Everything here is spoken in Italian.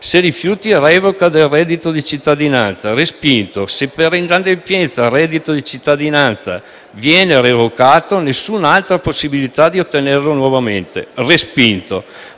se rifiuti revoca del reddito di cittadinanza: respinto; se per inadempienza il reddito di cittadinanza viene revocato, nessun'altra possibilità di ottenerlo nuovamente: respinto;